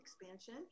expansion